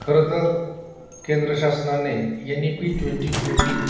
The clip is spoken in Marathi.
खरंतर केंद्रशासनाने N E P twenty twenty